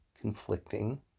conflicting